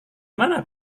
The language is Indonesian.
mana